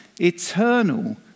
eternal